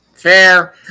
fair